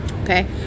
Okay